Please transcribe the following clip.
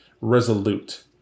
resolute